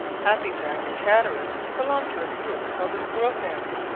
happy jack and chatterer belong to a group called the squirrel family,